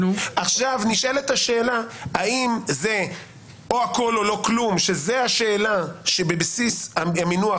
עכשיו נשאלת השאלה האם זה או הכול או לא כלום שזאת השאלה שבבסיס המינוח